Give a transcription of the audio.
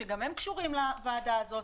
שגם הם קשורים לוועדה הזאת,